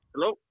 Hello